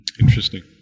Interesting